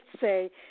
say